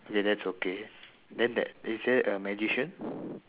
that's okay then there is there a magician